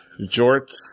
jorts